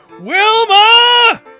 Wilma